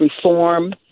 reform